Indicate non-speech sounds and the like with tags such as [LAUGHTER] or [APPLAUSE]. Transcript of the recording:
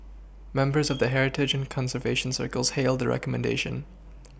members of the heritage and conservation circles hailed the recommendation [NOISE]